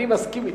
אני מסכים אתך.